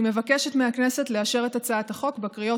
אני מבקשת מהכנסת לאשר את הצעת החוק בקריאה